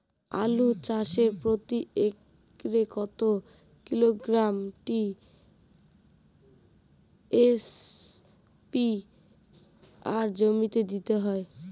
আলু চাষে প্রতি একরে কত কিলোগ্রাম টি.এস.পি সার জমিতে দিতে হয়?